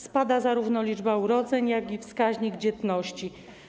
Spada zarówno liczba urodzeń, jak i wskaźnik dzietności.